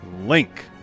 link